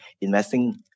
Investing